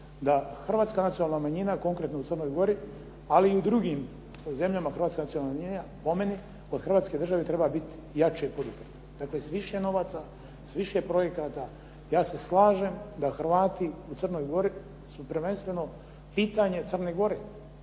da hrvatska nacionalna manjina konkretno u Crnoj Gori ali i u drugim zemljama hrvatska nacionalna manjina od Hrvatske države treba biti jače poduprta, dakle s više novaca, s više projekata. Ja se slažem da Hrvati u Crnoj Gori su prvenstveno pitanje Crne Gore